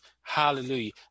hallelujah